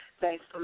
thanks